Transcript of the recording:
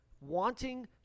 wanting